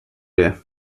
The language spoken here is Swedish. det